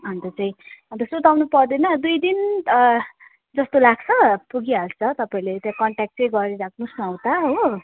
अन्त चाहिँ अन्त सुर्ताउनु पर्दैन दुई दिन जस्तो लाग्छ पुगिहाल्छ तपाईँले त्यहाँ कन्ट्याक्ट चाहिँ गरिराख्नु होस् उता हो